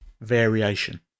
variation